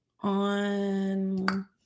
on